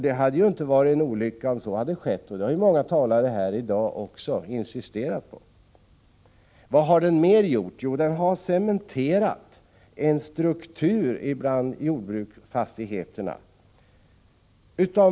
Det hade inte varit någon olycka om så hade skett. Det har ju många talare här i dag framhållit. Vad har lagen mera gjort? Jo, den har cementerat en struktur bland jordbruksfastigheter.